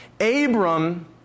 Abram